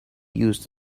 used